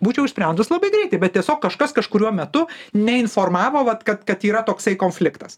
būčiau išsprendus labai greitai bet tiesiog kažkas kažkuriuo metu neinformavo vat kad kad yra toksai konfliktas